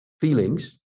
feelings